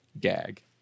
gag